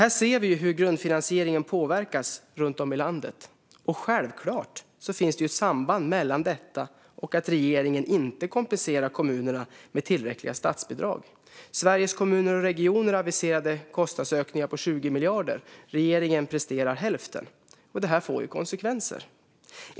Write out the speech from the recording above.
Vi ser hur grundfinansieringen påverkas runt om i landet, och självklart finns det ett samband mellan detta och att regeringen inte kompenserar kommunerna med tillräckliga statsbidrag. Sveriges Kommuner och Regioner aviserade kostnadsökningar på 20 miljarder. Regeringen presterade hälften, och det får konsekvenser.